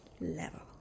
level